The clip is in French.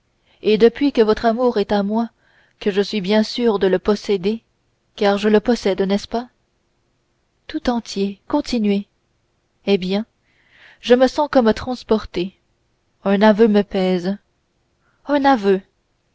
et depuis que votre amour est à moi que je suis bien sûr de le posséder car je le possède n'est-ce pas tout entier continuez eh bien je me sens comme transporté un aveu me pèse un aveu